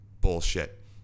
Bullshit